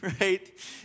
right